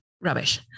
rubbish